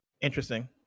Interesting